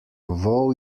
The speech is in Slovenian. vol